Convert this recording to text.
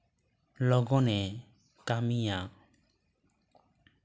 ᱞᱚᱜᱚᱱᱮ ᱠᱟᱹᱢᱤᱭᱟ